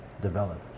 develop